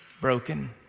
broken